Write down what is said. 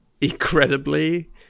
incredibly